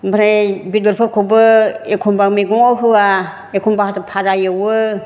ओमफ्राय बेदरफोरखौबो एखमब्ला मैगङाव होआ एखमब्ला फाजा एवो